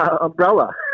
umbrella